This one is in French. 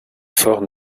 fort